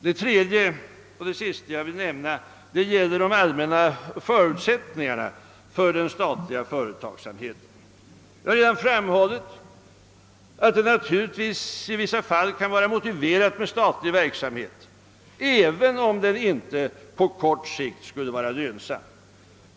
Det tredje och sista jag vill nämna gäller de allmänna förutsättningarna för den statliga företagsamheten. Jag har redan framhållit att det naturligtvis kan vara motiverat med statlig verksamhet i vissa fall även om den på kort sikt inte skulle vara lönsam.